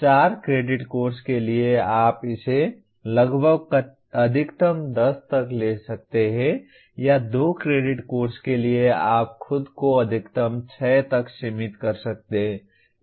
इसलिए 4 credit course के लिए आप इसे लगभग अधिकतम 10 तक ले सकते हैं या 2 क्रेडिट कोर्स के लिए आप खुद को अधिकतम 6 तक सीमित कर सकते हैं